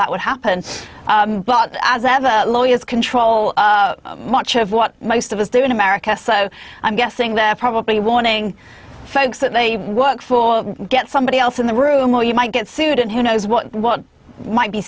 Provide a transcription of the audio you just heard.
that would happen but as ever lawyers control much of what most of us do in america so i'm guessing they're probably warning folks that they work for get somebody else in the room or you might get sued and who knows what what might be